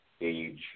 age